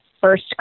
first